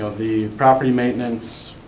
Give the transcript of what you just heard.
ah the property maintenance,